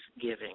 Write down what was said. giving